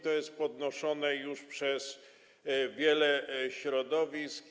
To jest podnoszone już przez wiele środowisk.